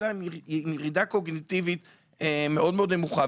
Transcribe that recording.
עם ירידה קוגניטיבית מאוד נמוכה,